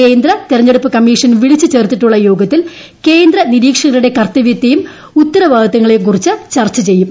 കേന്ദ്ര തിരഞ്ഞെടുപ്പ് കമ്മീഷൻ വിളിച്ചു ചേർത്തിട്ടുള്ള യോഗത്തിൽ കേന്ദ്ര നിരീക്ഷകരുടെ കർത്തവൃത്തെയും ഉത്തരവാദിത്തങ്ങളെയും കുറിച്ച് ചർച്ച ചെയ്യും